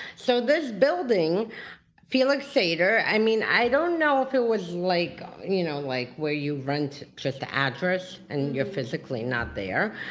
so this building felix sater, i mean i don't know if it was like you know like where you rent just the address and you're physically not there,